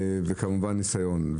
והתמדה וכמובן ניסיון.